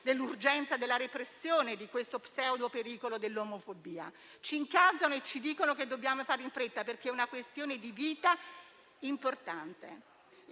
dell'urgenza della repressione di questo pseudo-pericolo dell'omofobia? Ci incalzano e ci dicono che dobbiamo fare in fretta, perché è una questione di vitale importanza.